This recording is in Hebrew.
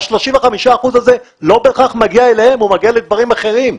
ה-35 אחוזים האלה לא בהכרח מגיעים אליהם אלא מגיע לדברים אחרים.